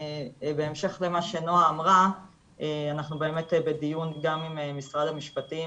בהמשך למה שנעה אמרה אנחנו בדיון גם עם משרד המשפטים,